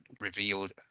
revealed